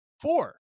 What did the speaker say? four